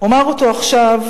אומר אותו עכשיו,